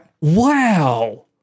Wow